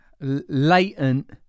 latent